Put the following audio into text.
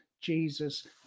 Jesus